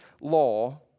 law